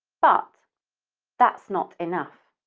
but that's not enough.